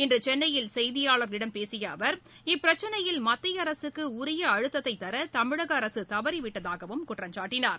இன்று சென்னையில் செய்தியாளர்களிடம் பேசிய அவர் இப்பிரச்சினையில் மத்தியஅரசுக்கு உரிய அழுத்தத்தை தர தமிழக அரசு தவறிவிட்டதாகவும் குற்றம் சாட்டினார்